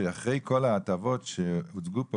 שאחרי כל ההטבות שהוצגו פה